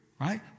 right